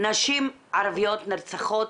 נשים ערביות נרצחות